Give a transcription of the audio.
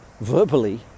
verbally